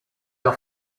your